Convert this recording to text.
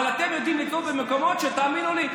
אבל אתם יודעים לקנות במקומות שתאמינו לי,